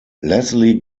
leslie